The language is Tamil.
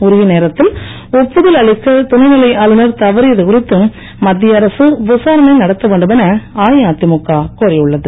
உரிய நேரத்தில் ஒப்புதல் அளிக்க துணைநிலை ஆளுநர் தவறியது குறித்து மத்திய அரசு விசாரணை நடத்த வேண்டும் என அஇஅதிமுக கோரியுள்ளது